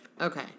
Okay